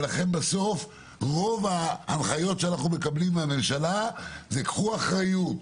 ולכן בסוף רוב ההנחיות שאנחנו מקבלים מהממשלה הן לציבור - קחו אחריות,